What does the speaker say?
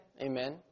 Amen